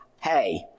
Hey